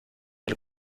del